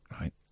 right